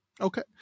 Okay